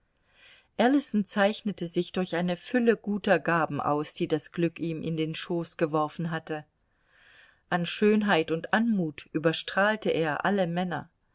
ellison zeichnete sich durch eine fülle guter gaben aus die das glück ihm in den schoß geworfen hatte an schönheit und anmut überstrahlte er alle männer